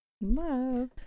Love